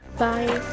bye